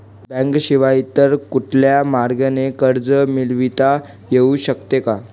बँकेशिवाय इतर कुठल्या मार्गाने कर्ज मिळविता येऊ शकते का?